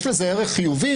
יש לזה ערך חיובי,